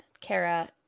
Kara